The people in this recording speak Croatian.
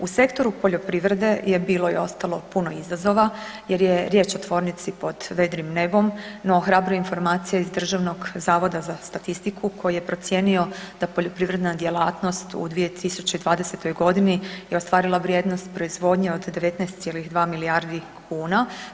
U sektoru poljoprivrede je bilo i ostalo puno izazova jer je riječ o tvornici pod vedrim nebom no ohrabruje informacija iz Državnog zavoda za statistiku koji je procijenio da poljoprivredna djelatnost u 2020. g. je ostvarila vrijednost proizvodnje od 19,2 milijardi kuna.